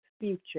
future